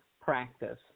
practice